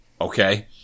okay